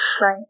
Right